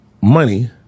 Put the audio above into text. money